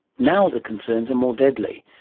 now the concerns are more deadly.